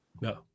No